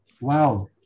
Wow